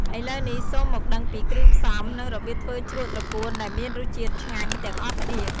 ឥឡូវនេះ សូមមកដឹងពីគ្រឿងផ្សំ និងរបៀបធ្វើជ្រក់ត្រកួនដែលមានរសជាតិឆ្ងាញ់ទាំងអស់គ្នា។